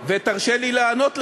ותרשה לי לענות לך.